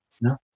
no